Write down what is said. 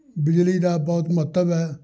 ਬਿਜਲੀ ਦਾ ਬਹੁਤ ਮਹੱਤਵ ਹੈ